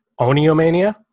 Oniomania